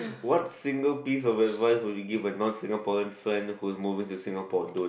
what single piece of advice would you give a non Singaporean friend who is moving to Singapore don't